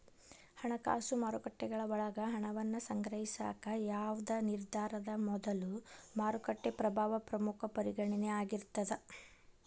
ಹಣಕಾಸು ಮಾರುಕಟ್ಟೆಗಳ ಒಳಗ ಹಣವನ್ನ ಸಂಗ್ರಹಿಸಾಕ ಯಾವ್ದ್ ನಿರ್ಧಾರದ ಮೊದಲು ಮಾರುಕಟ್ಟೆ ಪ್ರಭಾವ ಪ್ರಮುಖ ಪರಿಗಣನೆ ಆಗಿರ್ತದ